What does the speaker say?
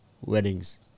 weddings